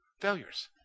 Failures